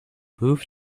moved